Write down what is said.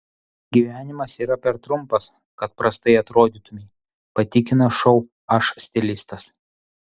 gyvenimas yra per trumpas kad prastai atrodytumei patikina šou aš stilistas